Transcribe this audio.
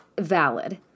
valid